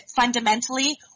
fundamentally